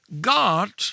God